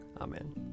Amen